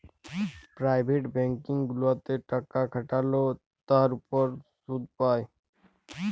private bank গুলাতে টাকা খাটাল্যে তার উপর শুধ পাই